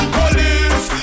police